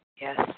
Yes